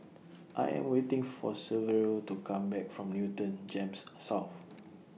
I Am waiting For Severo to Come Back from Newton Gems South